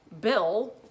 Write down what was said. Bill